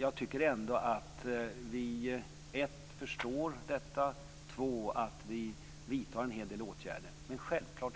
Jag tycker ändå att vi för det första förstår detta, för det andra vidtar en hel del åtgärder. Men självklart